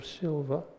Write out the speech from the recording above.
silver